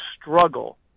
struggle